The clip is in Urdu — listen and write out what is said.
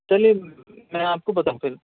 چلیے میں آپ کو بتا پھر